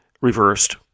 reversed